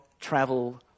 travel